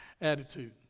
attitude